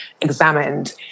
examined